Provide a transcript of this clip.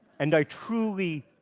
and i truly,